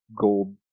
gold